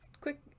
quick